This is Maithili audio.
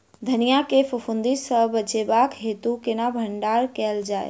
धनिया केँ फफूंदी सऽ बचेबाक हेतु केना भण्डारण कैल जाए?